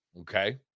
Okay